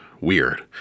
weird